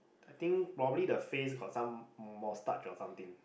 I think probably the face got some moustache or something